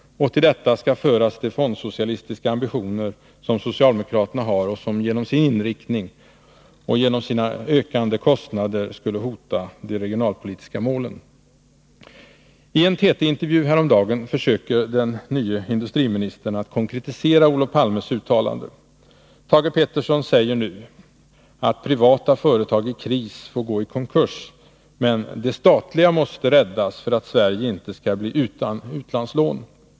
Till detta skall föras de fondsocialistiska ambitioner som socialdemokraterna har och som genom sin inriktning och ökade kostnader skulle hota de regionalpolitiska målen. I en TT-intervju häromdagen försöker den nye industriministern att konkretisera Olof Palmes uttalande. Thage Peterson säger nu att ”privata företag i kris får gå i konkurs men de statliga måste räddas för att Sverige inte skall bli utan utlandslån”.